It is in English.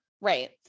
Right